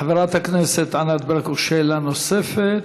חברת הכנסת ענת ברקו, שאלה נוספת.